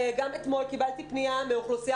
גם אתמול קיבלתי פנייה מהאוכלוסייה